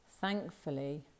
Thankfully